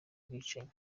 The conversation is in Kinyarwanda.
bwicanyi